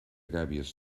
gàbies